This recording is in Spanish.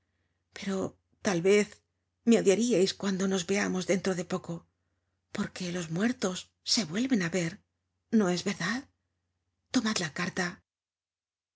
pero tal vez me odiaríais cuando nos veamos dentro de poco porque los muertos se vuelven á ver no es verdad tomad la carta